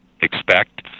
expect